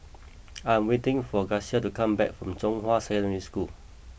I am waiting for Graciela to come back from Zhonghua Secondary School